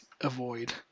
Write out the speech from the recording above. avoid